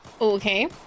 Okay